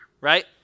right